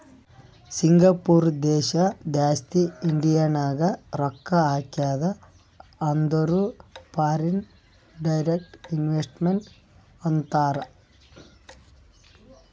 Singapore ದೇಶ ಜಾಸ್ತಿ ಇಂಡಿಯಾನಾಗ್ ರೊಕ್ಕಾ ಹಾಕ್ಯಾದ ಅಂದುರ್ ಫಾರಿನ್ ಡೈರೆಕ್ಟ್ ಇನ್ವೆಸ್ಟ್ಮೆಂಟ್ ಅಂತಾರ್